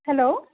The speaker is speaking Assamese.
হেল্ল'